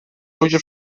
ludzie